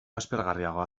aspergarriagoa